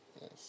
Yes